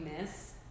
miss